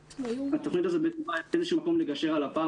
התוכנית הזאת יכולה באיזשהו מקום לגשר על הפער,